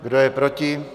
Kdo je proti?